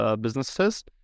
businesses